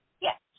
Yes